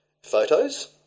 photos